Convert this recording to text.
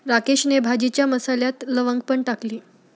राकेशने भाजीच्या मसाल्यात लवंग पण टाकली